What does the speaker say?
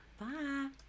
bye